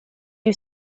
you